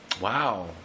Wow